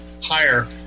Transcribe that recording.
higher